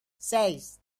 seis